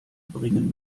bringen